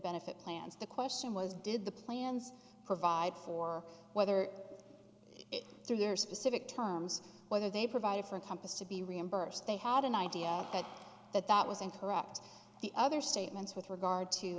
benefit plans the question was did the plans provide for whether through their specific times whether they provided for a compass to be reimbursed they had an idea that that was incorrect the other statements with regard to